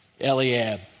Eliab